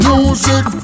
Music